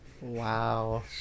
Wow